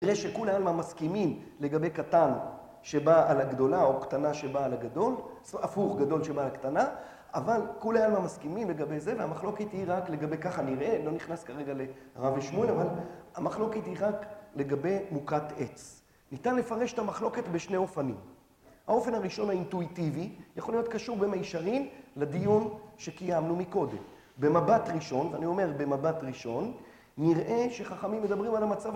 נראה שכולם מסכימים לגבי קטן שבאה על הגדולה או קטנה שבאה על הגדול, אפור גדול שבאה על הקטנה, אבל כולם מסכימים לגבי זה והמחלוקת היא רק לגבי ככה נראה, לא נכנס כרגע לרבי שמון, אבל המחלוקת היא רק לגבי מוקת עץ. ניתן לפרש את המחלוקת בשני אופנים. האופן הראשון האינטואיטיבי יכול להיות קשור במישרין לדיון שקיימנו מקודם. במבט ראשון, ואני אומר במבט ראשון, נראה שחכמים מדברים על המצב